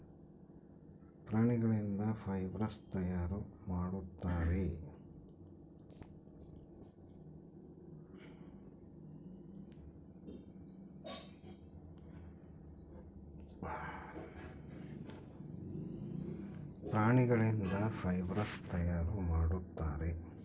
ಪ್ರಾಣಿಗಳಿಂದ ಫೈಬರ್ಸ್ ತಯಾರು ಮಾಡುತ್ತಾರೆ